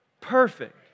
Perfect